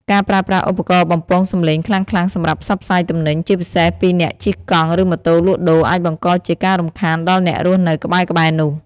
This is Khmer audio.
ការប្រើប្រាស់ឧបករណ៍បំពងសំឡេងខ្លាំងៗសម្រាប់ផ្សព្វផ្សាយទំនិញ ជាពិសេសពីអ្នកជិះកង់ ឬម៉ូតូលក់ដូរ អាចបង្កជាការរំខានដល់អ្នករស់នៅក្បែរៗនោះ។